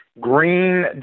Green